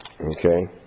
Okay